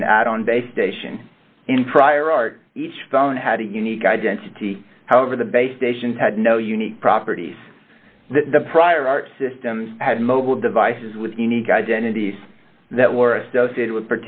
as an add on base station in prior art each phone had a unique identity however the base station had no unique properties that the prior art systems had mobile devices with unique identities that were associated with